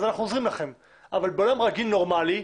אנחנו עוזרים לכם אבל בעולם רגיל נורמלי,